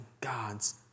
God's